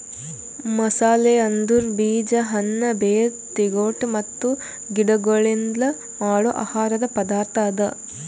ಮಸಾಲೆ ಅಂದುರ್ ಬೀಜ, ಹಣ್ಣ, ಬೇರ್, ತಿಗೊಟ್ ಮತ್ತ ಗಿಡಗೊಳ್ಲಿಂದ್ ಮಾಡೋ ಆಹಾರದ್ ಪದಾರ್ಥ ಅದಾ